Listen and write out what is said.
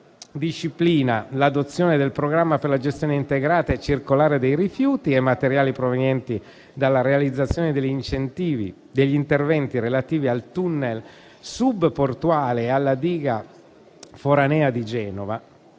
disciplina l'adozione del programma per la gestione integrata e circolare dei rifiuti e materiali provenienti dalla realizzazione degli incentivi degli interventi relativi al Tunnel sub-portuale e alla Diga foranea di Genova